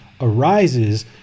arises